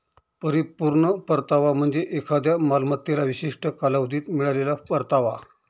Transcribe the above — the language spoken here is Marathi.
परिपूर्ण परतावा म्हणजे एखाद्या मालमत्तेला विशिष्ट कालावधीत मिळालेला परतावा